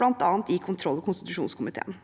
bl.a. i kontroll- og konstitusjonskomiteen.